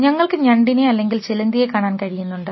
ഞങ്ങൾക്ക് ഞണ്ടിനെ അല്ലെങ്കിൽ ചിലന്തിയെ കാണാൻ കഴിയുന്നുണ്ട്